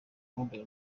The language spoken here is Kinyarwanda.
mobile